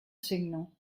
signo